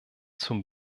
zum